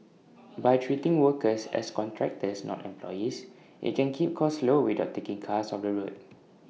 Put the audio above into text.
by treating workers as contractors not employees IT can keep costs low without taking cars off the road